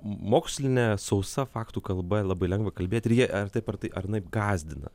moksline sausa faktų kalba labai lengva kalbėti ir jie ar taip ar tai anaip gąsdina